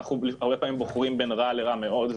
אנחנו הרבה פעמים בוחרים בין רע לרע מאוד,